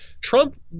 Trump